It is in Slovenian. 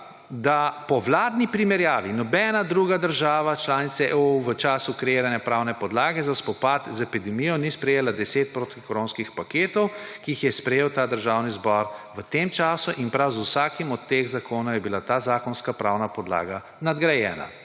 »Po vladni primerjavi nobena druga država članica EU v času kreiranje pravne podlage za spopad z epidemijo ni sprejela deset protikoronskih ukrepov, ki jih je sprejel ta državni zbor v tem času, in prav z vsakim od teh zakonov je bila ta zakonska pravna podlaga nadgrajena.«